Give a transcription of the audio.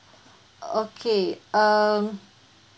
okay um